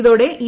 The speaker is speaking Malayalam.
ഇതോടെ ഇ